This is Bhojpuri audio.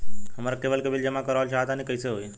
हमरा केबल के बिल जमा करावल चहा तनि कइसे होई?